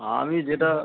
আমি যেটা